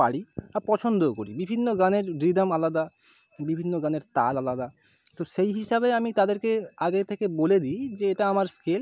পারি আর পছন্দও করি বিভিন্ন গানের রিদ্ম আলাদা বিভিন্ন গানের তাল আলাদা তো সেই হিসাবে আমি তাদেরকে আগে থেকে বলে দিই যে এটা আমার স্কেল